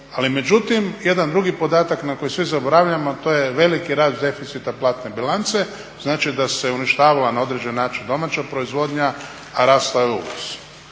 Ali međutim, jedan drugi podatak na koji svi zaboravljamo, a to je veliki rast deficita platne bilance. Znači da se uništavala na određeni način domaća proizvodnja a rastao je uvoz.